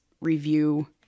review